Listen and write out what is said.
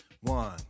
one